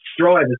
drivers